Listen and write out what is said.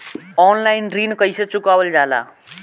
Online ऋण कईसे चुकावल जाला?